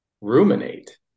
ruminate